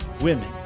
women